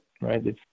right